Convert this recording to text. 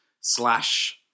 slash